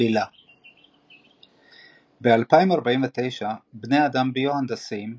עלילה ב-2049 בני אדם ביו-הנדסיים –